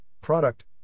product